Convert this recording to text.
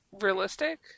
realistic